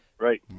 right